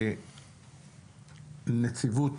נציבות,